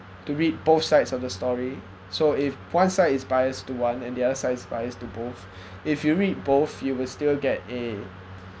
to read both sides of the story so if one side is bias to one and the other side's bias to both if you read both you will still get a